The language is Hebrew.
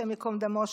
השם ייקום דמו,